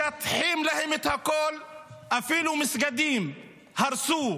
משטחים להם את הכול, אפילו מסגדים הרסו,